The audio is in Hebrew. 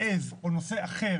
"עז" או נושא אחר,